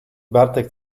bartek